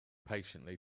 patiently